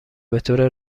بطور